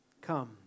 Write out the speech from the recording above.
Come